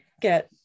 get